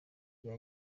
rya